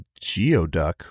geoduck